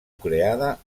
creada